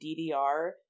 DDR